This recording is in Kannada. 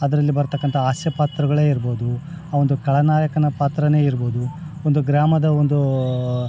ಅದರಲ್ಲಿ ಬರ್ತಕ್ಕಂಥ ಹಾಸ್ಯ ಪಾತ್ರಗಳೇ ಇರಬೌದು ಆ ಒಂದು ಖಳನಾಯಕನ ಪಾತ್ರವೇ ಇರಬೌದು ಒಂದು ಗ್ರಾಮದ ಒಂದು